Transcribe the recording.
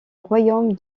royaume